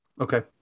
Okay